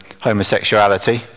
homosexuality